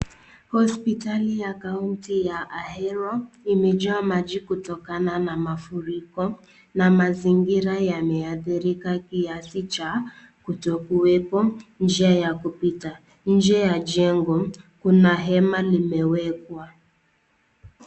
Hospitali ya County ya Ahero imejaa maji kutokana na mafuriko na mazingira yameadhirika kiac cha kutokuwepo njia ya kupita. Nje ya jengo kuna hema limewekwa.